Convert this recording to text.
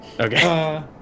Okay